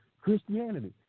Christianity